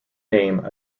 name